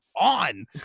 on